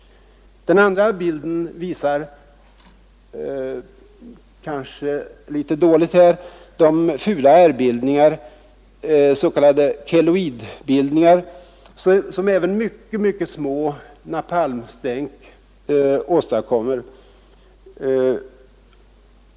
Den andra bilden visar de fula ärrbildningar, keloidbildningar, som även mycket små napalmstänk åstadkommer.